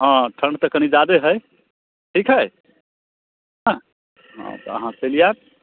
हाँ ठण्ड तऽ कनि जादे हय ठीक हय हँ हाँ तऽ अहाँ चलि आयब